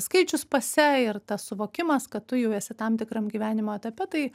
skaičius pase ir tas suvokimas kad tu jau esi tam tikram gyvenimo etape tai